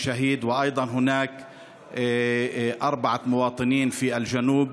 25 שהידים נפלו ויש גם ארבעה תושבים הרוגים בדרום.